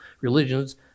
religions